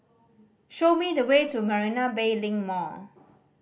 show me the way to Marina Bay Link Mall